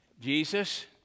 jesus